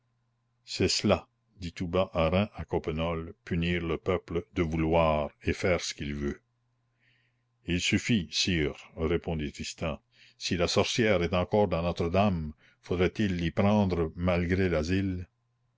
cela dit tout bas rym à coppenole punir le peuple de vouloir et faire ce qu'il veut il suffit sire répondit tristan si la sorcière est encore dans notre-dame faudra-t-il l'y prendre malgré l'asile